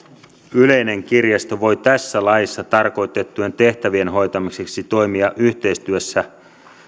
yleinen kirjasto voi tässä laissa tarkoitettujen tehtävien hoitamiseksi toimia yhteistyössä